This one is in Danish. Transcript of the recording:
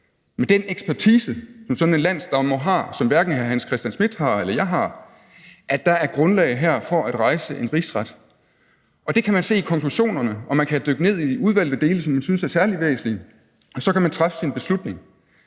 med den ekspertise, som sådan en landsdommer har, og som hverken hr. Hans Christian Schmidt eller jeg har – at der her er grundlag for at rejse en rigsretssag. Det kan man se i konklusionerne, og man kan dykke ned i udvalgte dele, som man synes er særlig væsentlige, og så kan man træffe sin beslutning.